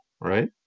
right